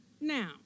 Now